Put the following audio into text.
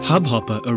Hubhopper